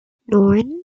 neun